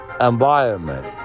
environment